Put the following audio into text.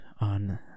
on